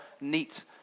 neat